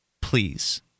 please